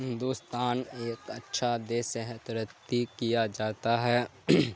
ہندوستان ایک اچھا دیس صحت رتی کیا جاتا ہے